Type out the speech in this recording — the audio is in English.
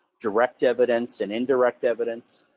direct evidence and indirect evidence,